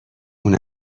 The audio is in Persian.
اون